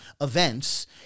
events